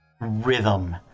rhythm